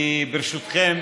ברשותכם,